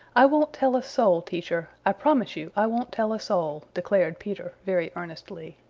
i won't tell a soul, teacher. i promise you i won't tell a soul, declared peter very earnestly.